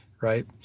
right